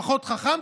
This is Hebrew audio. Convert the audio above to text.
הפחות-חכם,